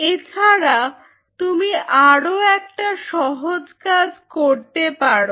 এছাড়া তুমি আরো একটা সহজ কাজ করতে পারো